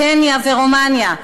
קניה ורומניה,